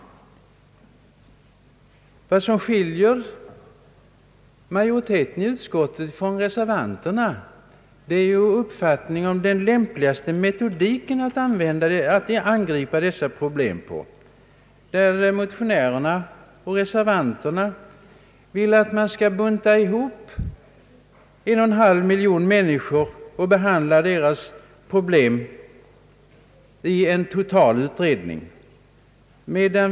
Vad som skiljer majoriteten i utskottet från reservanterna är uppfattningen om lämpligaste metodik när man skall angripa dessa problem. Motionärerna och reservanterna vill att man skall bunta ihop 1,5 miljon människor och behandla deras problem i en enda totalutredning.